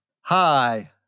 Hi